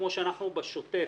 כמו שאנחנו בשוטף